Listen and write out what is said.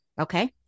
Okay